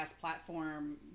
platform